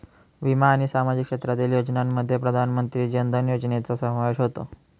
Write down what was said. विमा आणि सामाजिक क्षेत्रातील योजनांमध्ये प्रधानमंत्री जन धन योजनेचा समावेश होतो